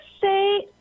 say